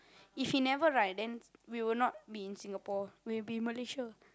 if he never right then we will not be in Singapore we'll be in Malaysia